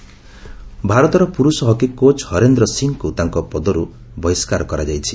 hockey coach ଭାରତର ପୁରୁଷ hockey coach Harendra ସିଂଙ୍କୁ ତାଙ୍କ ପଦରୁ ବହିଷ୍କାର କରାଯାଇଛି